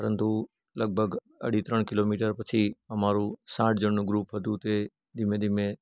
પરંતુ લગભગ અઢી ત્રણ કિલોમીટર પછી અમારું સાઠ જણનું ગ્રુપ હતું તે ધીમે ધીમે